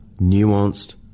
nuanced